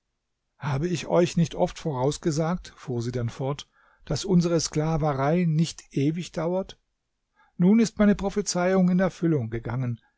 habe ich euch nicht oft vorausgesagt fuhr sie dann fort daß unsere sklaverei nicht ewig dauert nun ist meine prophezeiung in erfüllung gegangen